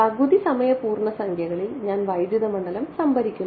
പകുതി സമയ പൂർണ്ണസംഖ്യകളിൽ ഞാൻ വൈദ്യുത മണ്ഡലം സംഭരിക്കുന്നില്ല